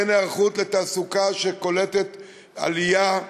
ואין היערכות לתעסוקה שקולטת עלייה,